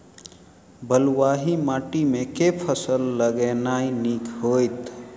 बलुआही माटि मे केँ फसल लगेनाइ नीक होइत?